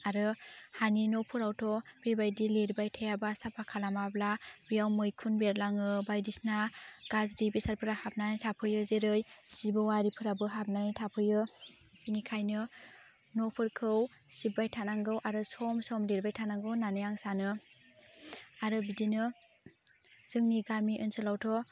आरो हानि न'फोरावथ' बेबायदि लिरबाय थायाब्ला साबफा खालामाब्ला बेयाव मैखुन बेरलाङो बायदिसिना गाज्रि बेसादफोरा हाबनानै थाफैयो जेरै जिबौ आरिफ्राबो हाबनानै थाफैयो बिनिखायनो न'फोरखौ सिब्बाय थानांगौ आरो सम सम लिरबाय थानांगौ होनानै आं सानो आरो बिदिनो जोंनि गामि ओनसोलावथ'